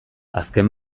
azken